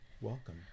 welcome